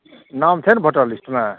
नाम छै ने वोटर लिस्टमे